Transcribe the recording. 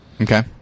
Okay